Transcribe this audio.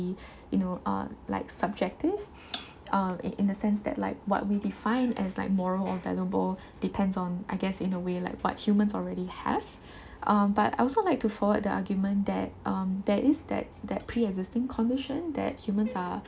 the you know uh like subjective uh in a sense that like what we define as like moral or valuable depends on I guess in a way like what humans already have um but I would also like to forward the argument that um there is a that that pre-existing condition that humans are